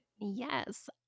Yes